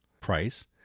Price